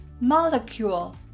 Molecule